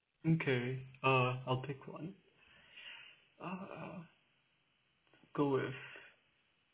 okay uh I'll pick one uh go with